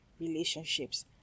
relationships